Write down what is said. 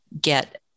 get